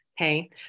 okay